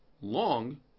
long